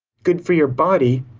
good for your body.